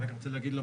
אני רוצה להבהיר.